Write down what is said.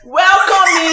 welcome